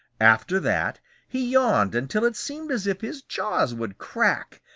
after that he yawned until it seemed as if his jaws would crack,